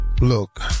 look